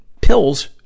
pills